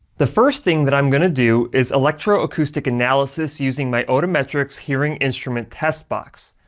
the first thing that i'm gonna do is electro acoustic analysis, using my otometrics hearing instrument test box.